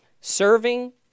Serving